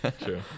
True